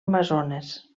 amazones